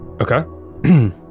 Okay